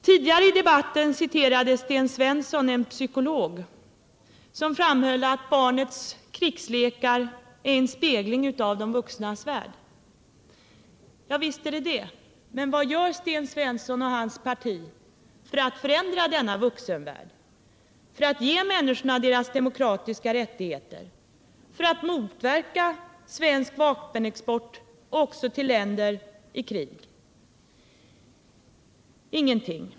Tidigare i debatten citerade Sten Svensson en psykolog som framhöll att barnets krigsleksakerär en spegling av de vuxnas värld. Ja visst är de det. Men vad gör Sten Svensson och hans parti för att förändra denna vuxenvärld, för att ge människorna deras demokratiska rättigheter, för att motverka svensk vapenexport också till länder i krig? Ingenting.